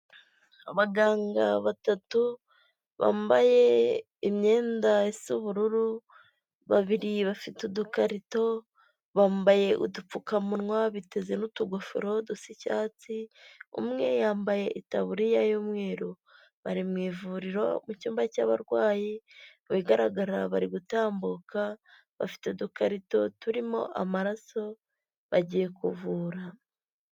Abaganga batatu bambaye imyenda isa ubururu, babiri bafite udukarito bambaye udupfukamunwa biteze n'utugofero dusa icyatsi, umwe yambaye itaburiya y'umweru. Bari mu ivuriro mu cyumba cy'abarwayi, mu bigaragara bari gutambuka, bafite udukarito turimo amaraso bagiye kuvura.